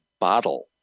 bottle